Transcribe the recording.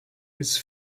his